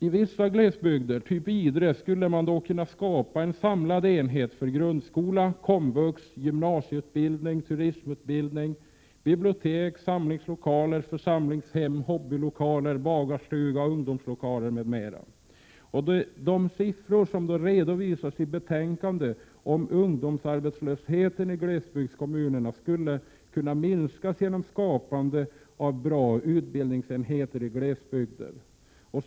I vissa glesbygder, typ Idre, skulle man då kunna skapa en ”samlad enhet” för grundskola, komvux, gymnasieutbildning, turismutbildning, bibliotek, samlingslokaler, församlingshem, hobbylokaler, bagarstuga, ungdomslokaler m.m. De siffror som redovisas i betänkandet om ungdomsarbetslösheten i glesbygdskommunerna skulle minskas genom skapande av bra utbildningsenheter i glesbygden.